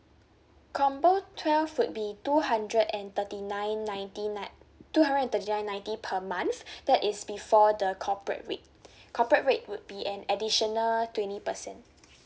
combo twelve would be two hundred and thirty nine ninety nine two hundred and thirty nine ninety per month that is before the corporate rate corporate rate would be an additional twenty percent